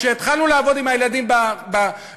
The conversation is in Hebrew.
כשהתחלנו לעבוד עם הילדים ביסודי,